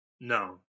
No